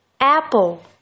apple